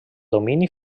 domini